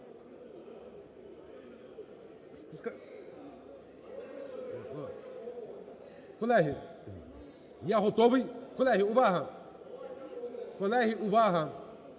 Колеги, я готовий, колеги, увага. Колеги, увага!